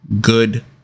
good